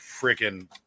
freaking